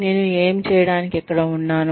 నేను ఏమి చేయడానికి ఇక్కడ ఉన్నాను